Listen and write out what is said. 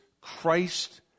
Christ